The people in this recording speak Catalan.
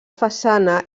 façana